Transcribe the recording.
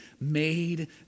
made